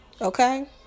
Okay